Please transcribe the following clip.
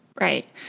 Right